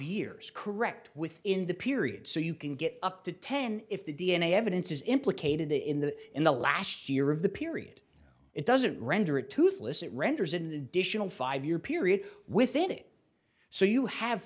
years correct within the period so you can get up to ten if the d n a evidence is implicated in the in the last year of the period it doesn't render it toothless it renders an additional five year period within it so you have